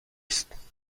است